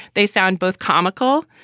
they sound both comical.